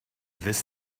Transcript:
this